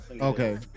Okay